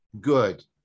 good